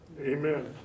Amen